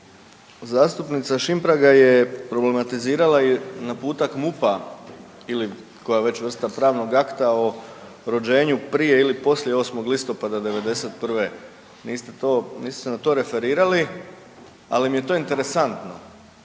Zastupnica Šimpraga je problematizirala naputak MUP-a ili koja već vrsta pravnog akta o rođenju prije ili poslije 8. listopada '91., niste se na to referirali, ali mi je to interesantno,